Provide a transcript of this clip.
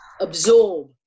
absorb